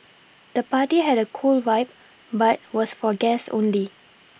the party had a cool vibe but was for guest only